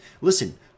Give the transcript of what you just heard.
listen